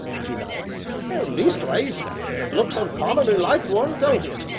he nodded leastways, it looks uncommonly like one, don't it?